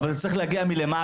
אבל זה צריך להגיע מלמעלה.